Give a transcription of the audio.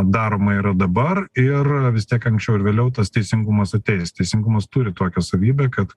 daroma yra dabar ir vis tiek anksčiau ar vėliau tas teisingumas ateis teisingumas turi tokią savybę kad